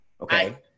okay